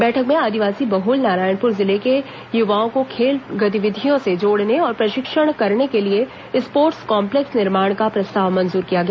बैठक में आदिवासी बहल नारायणपुर जिले के युवाओं को खेल गतिविधियों से जोड़ने और प्रशिक्षित करने के लिए स्पोर्ट्स कॉम्पलेक्स निर्माण का प्रस्ताव मंजूर किया गया